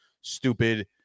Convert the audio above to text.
stupid